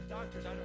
doctors